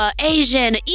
asian